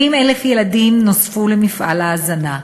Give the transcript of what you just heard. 70,000 ילדים נוספו למפעל ההזנה.